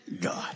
God